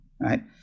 right